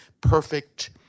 perfect